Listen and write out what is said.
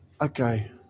okay